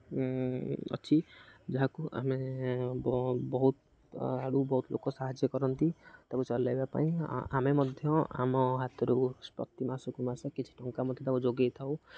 ଅଛି ଯାହାକୁ ଆମେ ବହୁତ ଆଡ଼ୁ ବହୁତ ଲୋକ ସାହାଯ୍ୟ କରନ୍ତି ତାକୁ ଚଲାଇବା ପାଇଁ ଆମେ ମଧ୍ୟ ଆମ ହାତରୁ ପ୍ରତି ମାସକୁ ମାସ କିଛି ଟଙ୍କା ମଧ୍ୟ ତାକୁ ଯୋଗାଇଥାଉ